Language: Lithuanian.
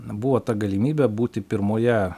na buvo ta galimybė būti pirmoje